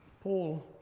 Paul